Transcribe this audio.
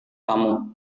kamu